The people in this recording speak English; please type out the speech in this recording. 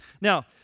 Now